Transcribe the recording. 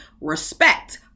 respect